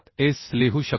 7S लिहू शकतो